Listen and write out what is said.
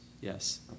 yes